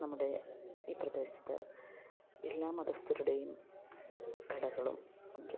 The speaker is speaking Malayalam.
നമ്മുടെ ഈ പ്രദേശത്ത് എല്ലാ മതസ്ഥരുടെയും കടകളും ഉണ്ട്